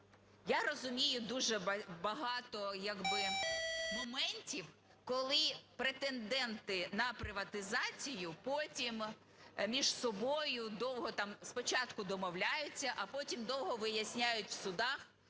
я розумію дуже багато моментів, коли претенденти на приватизацію потім між собою довго спочатку домовляються, а потім довго виясняють в судах,